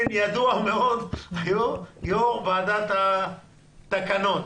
ליאור היה יו"ר ועדת התקנות,